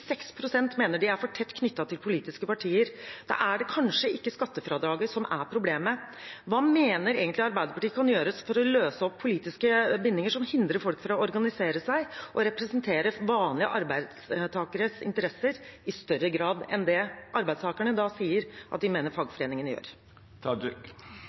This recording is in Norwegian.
mener de er for tett knyttet til politiske partier. Da er det kanskje ikke skattefradraget som er problemet. Hva mener egentlig Arbeiderpartiet kan gjøres for å løse opp politiske bindinger som hindrer folk fra å organisere seg, og for å representere vanlige arbeidstakeres interesser i større grad enn det arbeidstakerne sier at de mener